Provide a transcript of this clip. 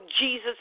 Jesus